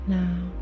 now